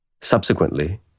Subsequently